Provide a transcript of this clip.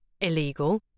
illegal